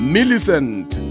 Millicent